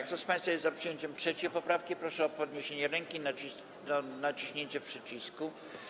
Kto z państwa jest za przyjęciem 3. poprawki, proszę o podniesienie ręki i naciśnięcie przycisku.